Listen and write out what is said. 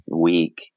week